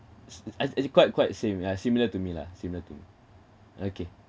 it's eh it's quite quite same ah similar to me lah similar to me okay